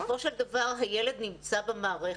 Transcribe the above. בסופו של דבר הילד נמצא במערכת.